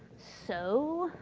so,